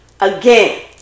Again